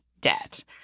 debt